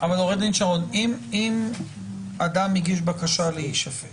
עורך דין שרון, אם אדם הגיש בקשה להישפט